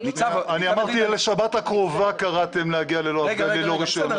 אמרתי לשבת הקרובה קראתם להגיע ללא רישיון.